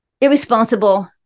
irresponsible